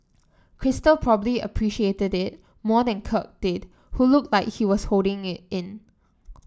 crystal probably appreciated it more than Kirk did who looked like he was holding it in